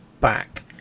back